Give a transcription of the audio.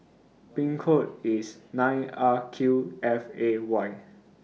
nine R Q F A Y